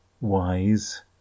wise